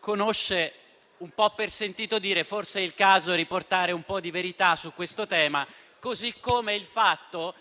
conosce un po' per sentito dire, forse è il caso di riportare un po' di verità su questo tema. Allo stesso modo,